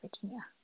Virginia